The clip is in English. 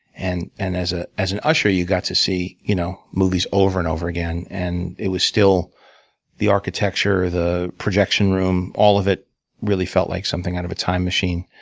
and and as ah as an usher, you got to see you know movies over and over again. and it was still the architecture, the projection room, all of it really felt like something out of a time machine.